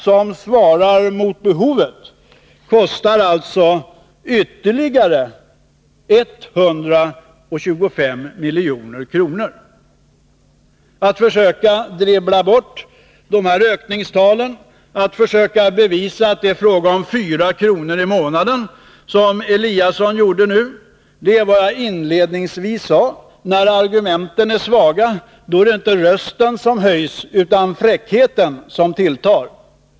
som svarar mot behovet kostar alltså ytterligare 125 milj.kr. Att försöka dribbla bort de här ökningstalen, att försöka bevisa att det är fråga om 4 kr. i månaden, som herr Eliasson gjorde nu, det innebär, som jag inledningsvis sade, att när argumenten är svaga, då är det inte rösten som höjs utan fräckheten som tilltar.